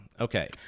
okay